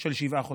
של שבעה חודשים.